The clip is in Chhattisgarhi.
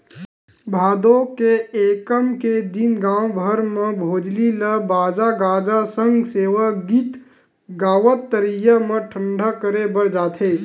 भादो के एकम के दिन गाँव भर म भोजली ल बाजा गाजा सग सेवा गीत गावत तरिया म ठंडा करे बर जाथे